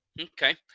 Okay